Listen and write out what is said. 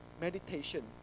Meditation